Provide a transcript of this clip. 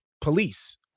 police